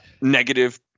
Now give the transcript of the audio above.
negative